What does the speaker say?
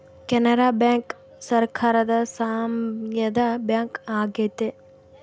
Canara bank ಸರಕಾರದ ಸಾಮ್ಯದ bank ಆಗೈತೆ